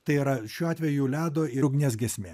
tai yra šiuo atveju ledo ir ugnies giesmė